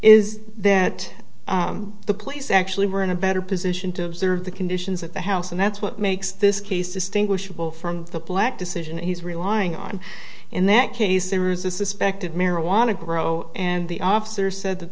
is that the police actually were in a better position to observe the conditions at the house and that's what makes this case distinguishable from the black decision he's relying on in that case there is a suspected marijuana grow and the officer said that